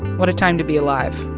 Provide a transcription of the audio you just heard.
what a time to be alive,